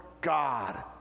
God